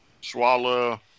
swallow